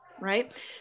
Right